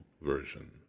Version